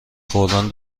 خوردن